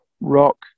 rock